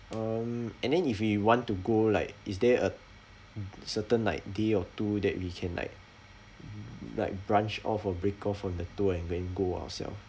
um and then if we want to go like is there a mm certain like day or two that we can like mm like branch off or break off from the tour and then go ourselves